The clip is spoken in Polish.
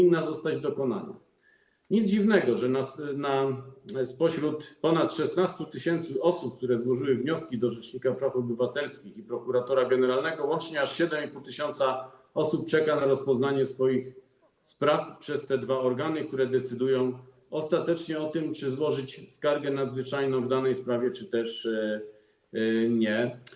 Nic dziwnego, że spośród 16 tys. osób, które złożyły wnioski do rzecznika praw obywatelskich i prokuratora generalnego, łącznie aż 7,5 tys. osób czeka na rozpoznanie swoich spraw przez te dwa organy, które decydują ostatecznie o tym, czy złożyć skargę nadzwyczajną w danej sprawie czy też nie.